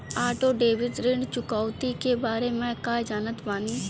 Auto debit ऋण चुकौती के बारे में कया जानत बानी?